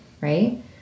right